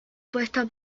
puesta